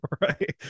Right